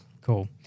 Cool